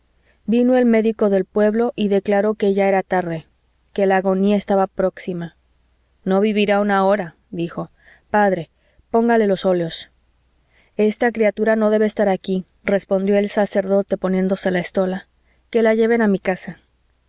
vino el médico del pueblo y declaró que ya era tarde que la agonía estaba próxima no vivirá una hora dijo padre póngale los óleos esta criatura no debe estar aquí respondió el sacerdote poniéndose la estola que la lleven a mi casa